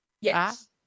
Yes